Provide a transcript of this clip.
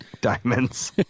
diamonds